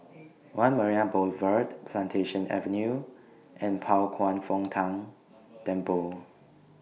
one Marina Boulevard Plantation Avenue and Pao Kwan Foh Tang Temple